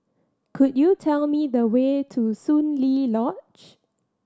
could you tell me the way to Soon Lee Lodge